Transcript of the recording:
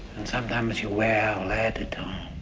and sometimes, you wear l'air du temps,